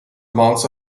amounts